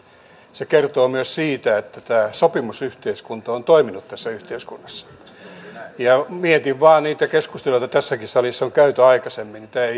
se kertoo myös siitä että tämä sopimusyhteiskunta on toiminut tässä yhteiskunnassa kun mietin vain niitä keskusteluja joita tässäkin salissa on käyty aikaisemmin